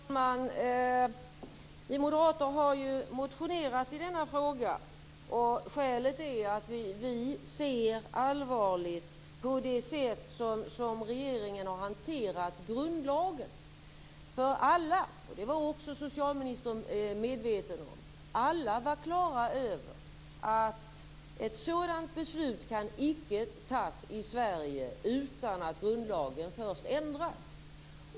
Herr talman! Vi moderater har motionerat i denna fråga. Skälet är att vi ser allvarligt på det sätt på vilket regeringen har hanterat grundlagen. Alla - det var också ministern medveten om - var på det klara med att ett sådant beslut icke kan fattas i Sverige utan att grundlagen först ändras.